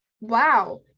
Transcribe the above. wow